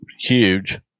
huge